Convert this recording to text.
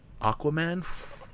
Aquaman